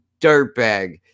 dirtbag